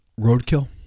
Roadkill